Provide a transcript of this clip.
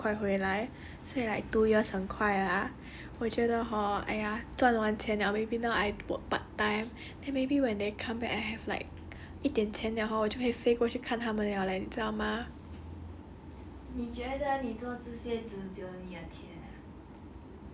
ya but like !aiya! two years 我觉得他们最近 COVID nineteen 也不会这样快回来所以 like two years 很快 ah 我觉得 hor !aiya! 赚完钱 liao maybe now I work part time then maybe when they come back I have like 一点钱 liao hor 我就会飞过去看他们 liao leh 知道吗